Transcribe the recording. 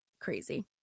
Crazy